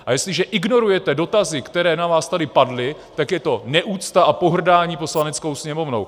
A jestliže ignorujete dotazy, které na vás tady padly, tak je to neúcta a pohrdání Poslaneckou sněmovnou!